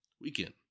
weekend